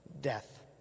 death